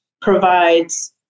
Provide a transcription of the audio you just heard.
provides